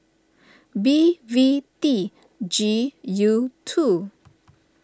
B V T G U two